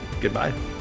goodbye